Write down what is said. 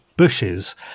Bushes